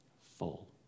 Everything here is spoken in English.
Full